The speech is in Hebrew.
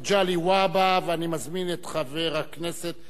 ואני מזמין את חבר הכנסת רוברט טיבייב,